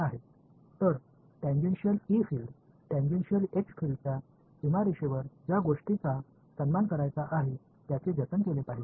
எனவே எல்லைகளில் மதிக்கப்பட வேண்டியவை டான்ஜென்ஷியல் E புலம் டான்ஜென்ஷியல் H புலம் பாதுகாக்கப்பட வேண்டும்